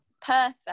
perfect